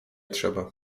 trzeba